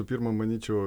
pirma manyčiau